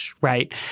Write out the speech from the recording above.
Right